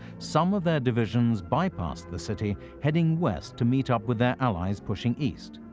some of their divisions bypassed the city heading west to meet up with their allies pushing east.